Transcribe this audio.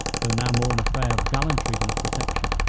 though now more an affair of gallantry than of protection,